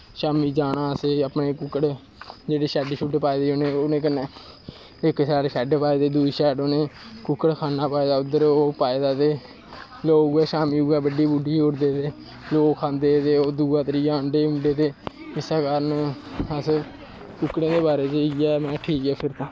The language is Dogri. शामीं जाना अपने कुक्कड़ जेह्के शैड्ड शुड्ड पाए दे उं'दे कन्नै इक साइड शैड्ड पाए दे दूई साइड उ'नें कुक्कड़खान्ना पाए दा उद्धर ओह् पाए दा ते लोग शामीं उ'ऐ बड्ढी बुड्ढी ओड़दे ते लोग खंदे ते दूआ त्रीआ अंडे उंडे ते इस्सै कारण अस कुक्कड़ें दे बारे च इ'यै ठीक ऐ